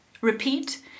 repeat